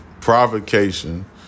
provocation